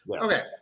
okay